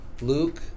Luke